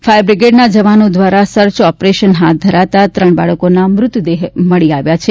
fire બ્રિગેડના જવાનો દ્વારા સર્ચ ઓપરેશન હાથ ધરાતા ત્રણ બાળકોના મૃતદેહ મળી આવ્યા છે